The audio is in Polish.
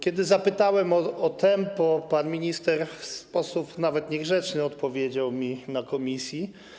Kiedy zapytałem o tempo, pan minister w sposób nawet niegrzeczny odpowiedział mi na posiedzeniu komisji.